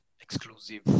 exclusive